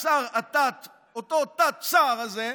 אותו תת-שר הזה,